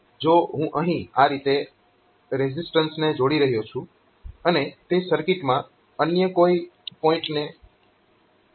જો હું અહીં આ રીતે રેઝીઝટન્સને જોડી રહ્યો છું અને તે સર્કિટમાં અન્ય કોઈ પોઇન્ટને ડ્રાઈવ કરશે